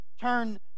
turn